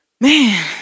Man